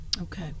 Okay